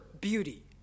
beauty